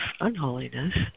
unholiness